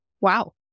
Wow